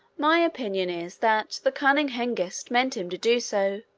my opinion is, that the cunning hengist meant him to do so,